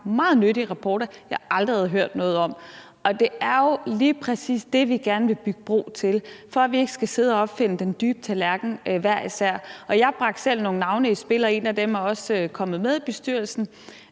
meget nyttige rapporter, jeg aldrig havde hørt noget om, og det er jo lige præcis det, vi gerne vil bygge bro til, for at vi ikke skal sidde og opfinde den dybe tallerken hver især. Jeg bragte selv nogle navne i spil, og et af dem er også kommet med i bestyrelsen,